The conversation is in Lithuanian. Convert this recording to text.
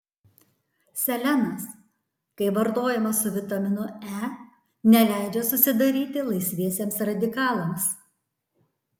selenas kai vartojamas su vitaminu e neleidžia susidaryti laisviesiems radikalams